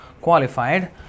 qualified